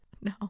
no